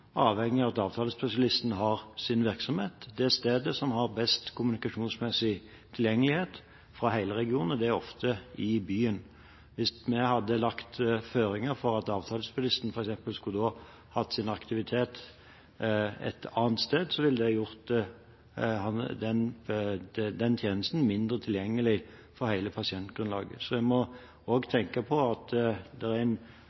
avhengig av at avtalespesialisten har sin virksomhet på det stedet som har best kommunikasjonsmessig tilgjengelighet i hele regionen, og det er ofte i byen. Hvis vi hadde lagt føringer for at avtalespesialisten skulle hatt sin aktivitet et annet sted, ville det gjort tjenesten mindre tilgjengelig for hele pasientgrunnlaget. Så man må tenke på at det er en